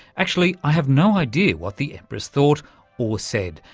actually, i have no idea what the empress thought or said,